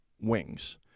wings